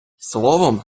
словом